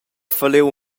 falliu